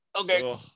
okay